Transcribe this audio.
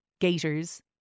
gaiters